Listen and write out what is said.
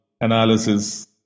analysis